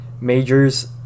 majors